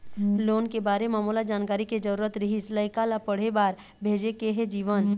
loan के बारे म मोला जानकारी के जरूरत रीहिस, लइका ला पढ़े बार भेजे के हे जीवन